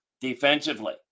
Defensively